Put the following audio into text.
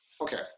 okay